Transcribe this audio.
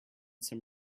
some